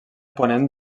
ponent